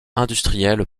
industrielle